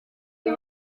uyu